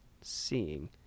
seeing